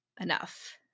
enough